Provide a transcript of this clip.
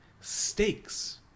stakes